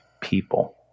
people